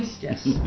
Yes